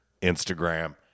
Instagram